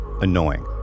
annoying